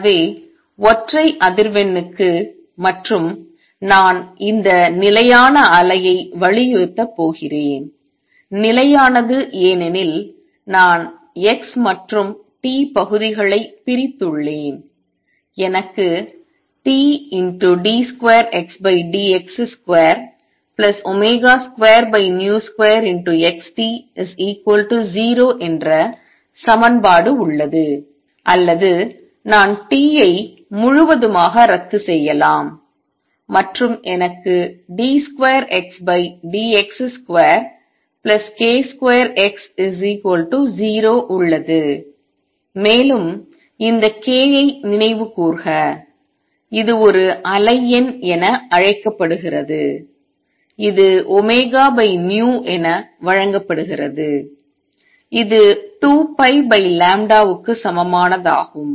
எனவே ஒற்றை அதிர்வெண்ணுக்கு மற்றும் நான் இந்த நிலையான அலையை வலியுறுத்தப் போகிறேன் நிலையானது ஏனெனில் நான் x மற்றும் t பகுதிகளை பிரித்துள்ளேன் எனக்கு Td2Xdx22v2XT0 என்ற சமன்பாடு உள்ளது அல்லது நான் T ஐ முழுவதுமாக ரத்து செய்யலாம் மற்றும் எனக்கு d2Xdx2k2X0 உள்ளது மேலும் இந்த k ஐ நினைவு கூர்க இது ஒரு அலை எண் என அழைக்கப்படுகிறது இது v என வழங்கப்படுகிறது இது 2π க்கு சமமானதாகும்